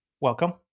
Welcome